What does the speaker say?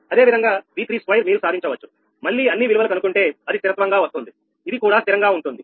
అదేవిధంగా V32 మీరు సాధించొచ్చు మళ్లీ అన్ని విలువలు కనుక్కుంటే అది స్థిరత్వం గా వస్తుంది ఇది కూడా స్థిరంగా ఉంటుంది